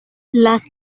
las